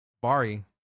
Bari